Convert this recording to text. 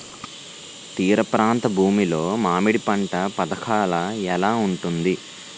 తీర ప్రాంత భూమి లో మామిడి పంట పథకాల ఎలా ఉంటుంది?